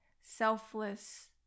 selfless